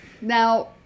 Now